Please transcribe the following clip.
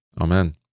Amen